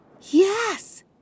yes